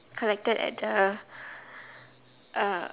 collected at the uh